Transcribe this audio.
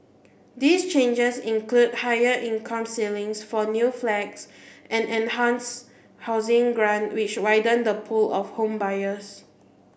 these changes include higher income ceilings for new flats and enhanced housing grants which widen the pool of home buyers